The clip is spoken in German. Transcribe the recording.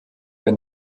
der